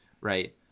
right